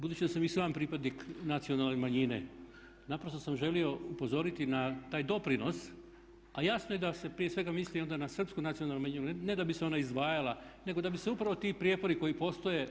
Budući da sam i sam pripadnik nacionalne manjine naprosto sam želio upozoriti na taj doprinos, a jasno je i da se prije svega misli onda na Srpsku nacionalnu manjinu ne da bi se ona izdvajala, nego da bi se upravo ti prijepore koji postoje.